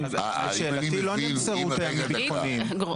לשאלתי, לא נמסרו טעמים ביטחוניים.